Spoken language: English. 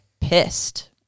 pissed